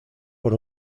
por